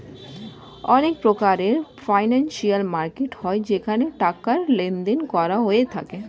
অনেক প্রকারের financial market হয় যেখানে টাকার লেনদেন করা হয়ে থাকে